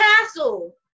castle